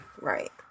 Right